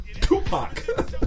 Tupac